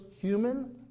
human